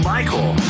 Michael